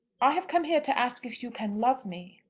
i have come here to ask if you can love me.